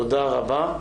תודה רבה.